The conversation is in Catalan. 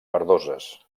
verdoses